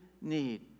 need